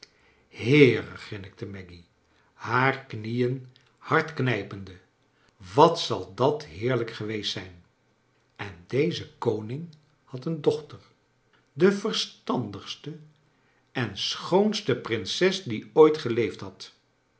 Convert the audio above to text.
heere grinnikte maggy haar knieen hard knijpende wat zal dat heerlijk geweest zijn en deze koning had een dochter de verstandigste en schoonste prinses die ooit geleefd had